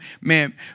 man